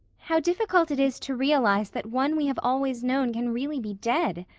how difficult it is to realize that one we have always known can really be dead,